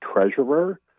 treasurer